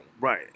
Right